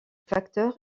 facteur